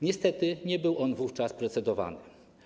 Niestety nie był on wówczas procedowany.